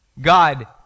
God